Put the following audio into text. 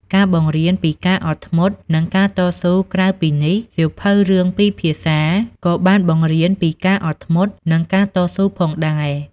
ការបង្រៀនពីការអត់ធ្មត់ និងការតស៊ូក្រៅពីនេះ សៀវភៅរឿងពីរភាសាក៏បានបង្រៀនពីការអត់ធ្មត់ និងការតស៊ូផងដែរ។